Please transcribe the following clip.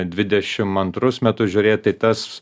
dvidešimt antrus metus žiūrėt tai tas